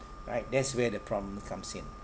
right that's where the problem comes in